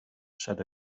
said